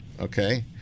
okay